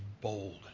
bold